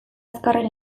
azkarren